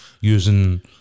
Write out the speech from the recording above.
using